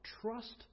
trust